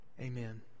Amen